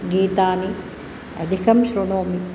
गीतानि अधिकं शृणोमि